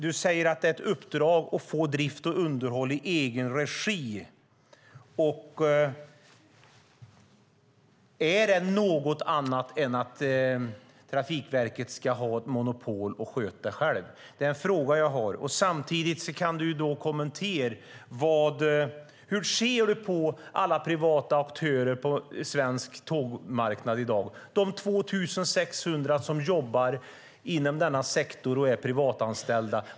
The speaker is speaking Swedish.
Du säger att det är ett uppdrag att få drift och underhåll i egen regi. Är det något annat än att Trafikverket ska ha ett monopol och sköta det själv? Det är en fråga jag har. Samtidigt kan du tala om hur du ser på alla privata aktörer på svensk tågmarknad i dag, de 2 600 som jobbar inom denna sektor och är privatanställda.